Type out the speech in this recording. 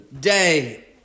day